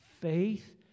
faith